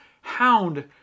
hound